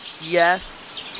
yes